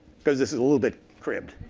because this is a little bit cribs.